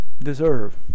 deserve